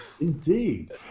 Indeed